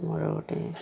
ମୋର ଗୋଟେ